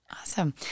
Awesome